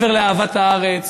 מעבר לאהבת הארץ,